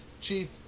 Chief